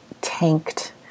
tanked